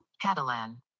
Catalan